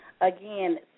Again